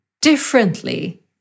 differently